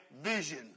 vision